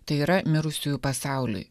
tai yra mirusiųjų pasauliui